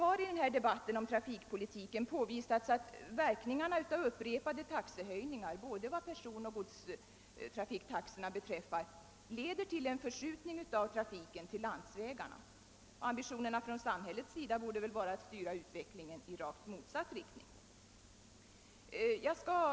I debatten om trafikpolitiken har' det påvisats att upprepade höjningar av både personoch godstrafiktaxorna leder till en förskjutning av trafiken till landsvägarna. Ambitionerna från samhällets sida borde väl vara att styra utvecklingen i rakt motsatt riktning.